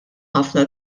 ħafna